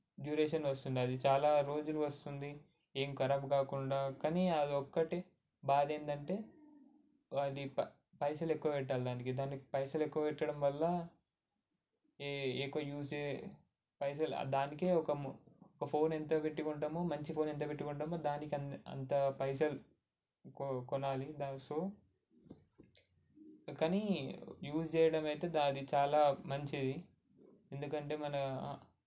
duration వస్తున్నది అది చాలా రోజులు వస్తుంది ఏం ఖరాబ్ కాకుండా కానీ అది ఒక్కటి బాధ ఏంటంటే అది పై పైసలు ఎక్కువ పెట్టాలి దానికి దానికి పైసలు ఎక్కువ పెట్టడం వల్ల ఎక్కువ యూజే పైసలు దానికే ఒక ఒక ఫోన్ ఎంత పెట్టి కొంటామో మంచి ఫోన్ ఎంత పెట్టుకుంటమో దానికి అంత అంత పైసలు కొ కొనాలి దానికి సో చాలా కానీ యూజ్ చేయడం అయితే అది చాలా మంచిది ఎందుకంటే మన